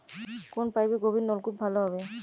কোন পাইপে গভিরনলকুপ ভালো হবে?